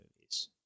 movies